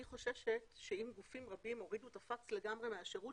אני חוששת שאם גופים רבים הורידו את הפקס לגמרי מהשירות